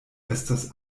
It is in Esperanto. estas